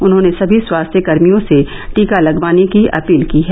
उन्होंने सभी स्वास्थ्यकर्मियों से टीका लगवाने की अपील की है